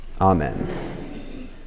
Amen